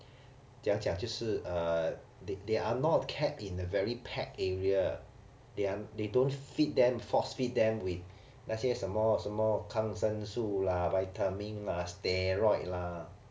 怎样讲就是 uh they they are not kept in a very packed area they they don't feed them force feed them with 那些什么什么抗生素 lah vitamin lah steroid lah